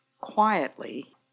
quietly